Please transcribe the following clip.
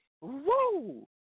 Woo